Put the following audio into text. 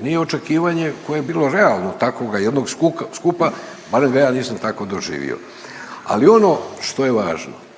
nije očekivanje koje je bilo realno takvoga jednoga skupa, barem ga ja nisam tako doživio. Ali ono što je važno,